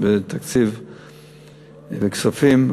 בתקציב ובכספים,